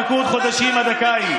ויחכו עוד חודשים עד הקיץ.